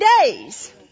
days